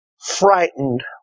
frightened